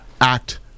act